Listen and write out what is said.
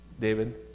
David